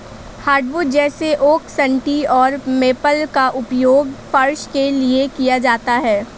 hardwood जैसे oak सन्टी और मेपल का उपयोग फर्श के लिए किया जाता है